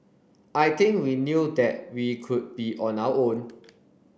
I think we knew that we could be on our own